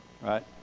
Right